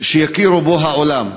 שיכיר בו העולם,